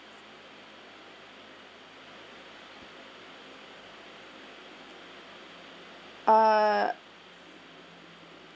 ah